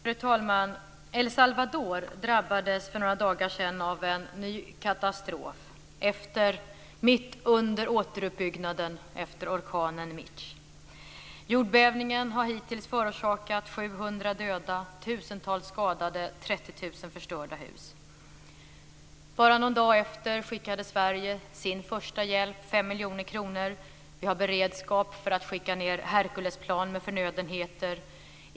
Fru talman! El Salvador drabbades för några dagar sedan av en ny katastrof mitt under återuppbyggnaden efter orkanen Mitch. Jordbävningen har hittills förorsakat 700 döda, tusentals skadade, 30 000 förstörda hus. Bara någon dag efter skickade Sverige sin första hjälp, 5 miljoner kronor. Vi har beredskap för att skicka ned Herculesplan med förnödenheter.